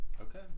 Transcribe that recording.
Okay